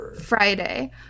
Friday